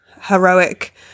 heroic